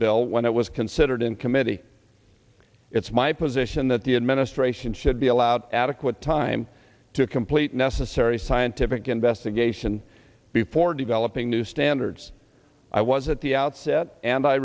bill when it was considered in committee it's my position that the administration should be allowed adequate time to complete necessary scientific investigation before developing new standards i was at the outset and i